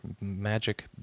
Magic